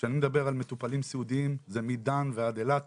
כשאני מדבר על מטופלים סיעודיים זה מדן ועד אילת,